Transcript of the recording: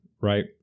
right